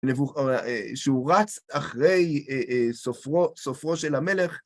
נבוכר... שהוא רץ אחרי, אה... אה... סופרו... סופרו של המלך...